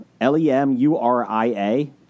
L-E-M-U-R-I-A